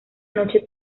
noche